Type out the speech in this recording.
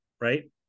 right